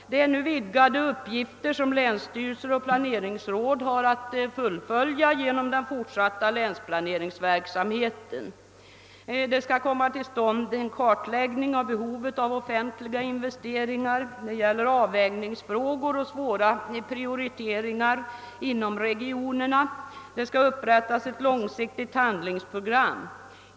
Det är nu vidgade uppgifter som länsstyrelser och planeringsråd har att ta itu med vid den fortsatta länsplaneringsverksamheten. Det gäller att få till stånd en kartläggning av behovet av offentliga investeringar, det gäller avvägningsfrågor och svåra prioriteringar inom regionerna och det skall upprättas ett långsiktigt handlingsprogram.